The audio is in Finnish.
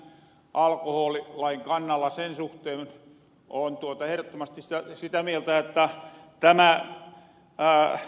itte oon aika jyrkän alkohoolilain kannalla sen suhteen että oon ehrottomasti sitä mieltä että tämä ed